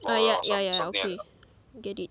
ah yeah yeah yeah okay get it